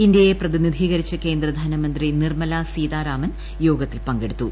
ഇന്ത്യയെ പ്രതിനിധീകരിച്ച് കേന്ദ്ര ധനമന്ത്രി നിർമ്മലാ സീതാരാമൻ യോഗത്തിൽ പങ്കെടുത്തു